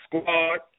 Squad